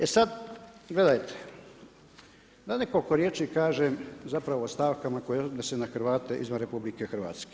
E sad, gledajte da nekoliko riječi kažem zapravo o stavkama koje se odnose na Hrvate izvan RH.